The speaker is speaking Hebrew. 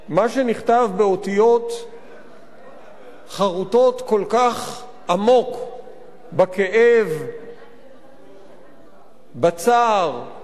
באותיות חרוטות כל כך עמוק בכאב, בצער, בכעס